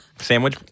Sandwich